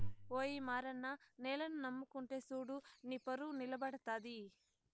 ఓయి మారన్న నేలని నమ్ముకుంటే సూడు నీపరువు నిలబడతది